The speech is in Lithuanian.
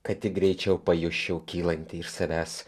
kad tik greičiau pajusčiau kylantį iš savęs